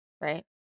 right